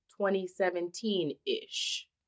2017-ish